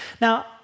Now